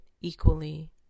equally